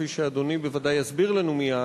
כפי שאדוני בוודאי יסביר לנו מייד,